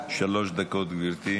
שלוש דקות, גברתי.